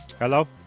Hello